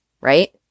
Right